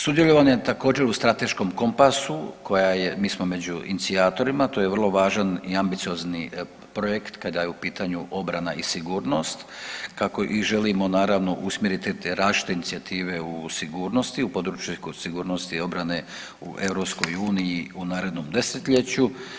Sudjelovanje također u strateškom kompasu koja je, mi smo među inicijatorima, to je vrlo važan i ambiciozni projekt kada je u pitanju obrana i sigurnost, kako i želimo naravno usmjeriti te različite inicijative u sigurnosti, u područje ekosigurnosti i obrane u EU u narednom 10-ljeću.